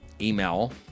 email